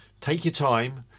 take your time.